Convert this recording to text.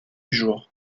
jour